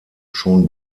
schon